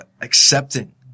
accepting